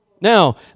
Now